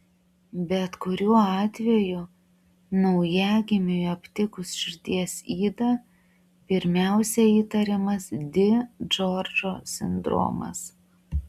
bet kuriuo atveju naujagimiui aptikus širdies ydą pirmiausia įtariamas di džordžo sindromas